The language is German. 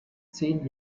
zehn